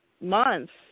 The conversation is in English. months